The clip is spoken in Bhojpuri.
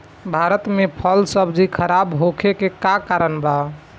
भारत में फल सब्जी खराब होखे के का कारण बा?